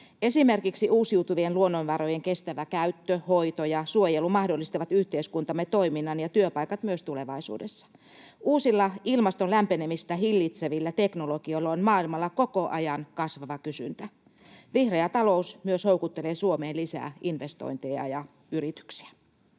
Esimerkiksi uusiutuvien luonnonvarojen kestävä käyttö, hoito ja suojelu mahdollistavat yhteiskuntamme toiminnan ja työpaikat myös tulevaisuudessa. Uusilla ilmaston lämpenemistä hillitsevillä teknologioilla on maailmalla koko ajan kasvava kysyntä. Vihreä talous myös houkuttelee Suomeen lisää investointeja ja yrityksiä.